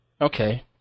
Okay